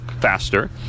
faster